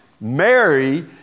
Mary